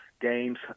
games